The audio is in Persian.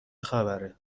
خبره